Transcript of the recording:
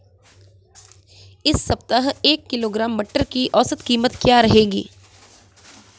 इस सप्ताह एक किलोग्राम मटर की औसतन कीमत क्या रहेगी?